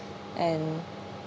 and